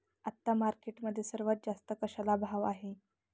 आता मार्केटमध्ये सर्वात जास्त कशाला भाव आहे?